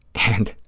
and